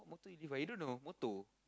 thought you live by you don't know motor